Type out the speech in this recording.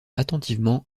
attentivement